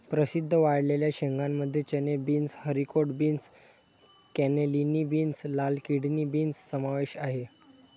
प्रसिद्ध वाळलेल्या शेंगांमध्ये चणे, beans, haricot beans, cannellini beans, लाल किडनी बीन्स समावेश आहे